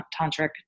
tantric